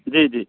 जी जी